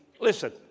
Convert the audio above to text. Listen